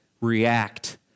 react